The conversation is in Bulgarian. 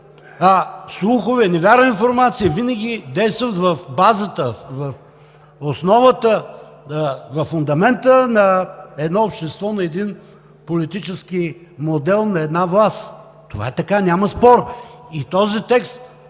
слухове, невярна информация винаги действат в базата, във фундамента на едно общество, на един политически модел, на една власт. Това е така, няма спор!